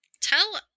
Tell